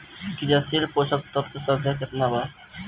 क्रियाशील पोषक तत्व के संख्या कितना बा?